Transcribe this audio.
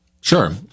Sure